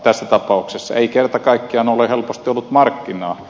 tässä tapauksessa ei kerta kaikkiaan ole helposti ollut markkinaa